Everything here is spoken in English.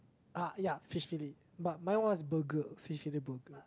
ah ya fish fillet but my one was burger fish fillet burger